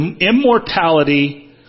Immortality